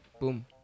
boom